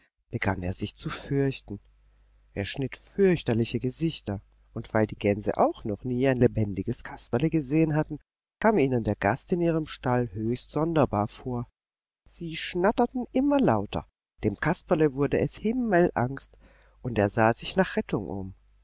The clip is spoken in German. begann er sich zu fürchten er schnitt fürchterliche gesichter und weil die gänse auch noch nie ein lebendiges kasperle gesehen hatten kam ihnen der gast in ihrem stall höchst sonderbar vor sie schnatterten immer lauter dem kasperle wurde es himmelangst und er sah sich nach rettung um